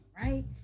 right